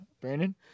Brandon